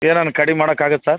ಏನಾನು ಕಡಿಮೆ ಮಾಡಕೆ ಆಗತ್ತಾ ಸರ್